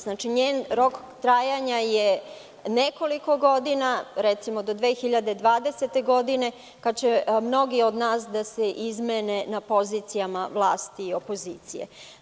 Znači, njen rok trajanja je nekoliko godina, recimo do 2020. godine, kada će mnogi od nas da se izmene na pozicijama vlasti i opozicije.